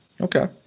Okay